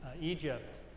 Egypt